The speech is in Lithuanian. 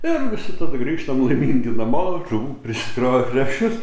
ir visi tada grįžtam laimingi namo žuvų prisikrovę krepšius